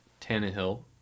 Tannehill